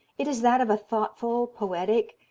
it is that of a thoughtful, poetic,